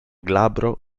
glabro